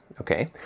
okay